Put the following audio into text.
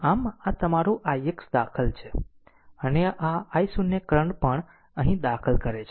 આમ આ તમારું ix દાખલ છે અને આ i0 કરંટ પણ અહીં દાખલ કરે છે